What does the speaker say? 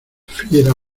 fiera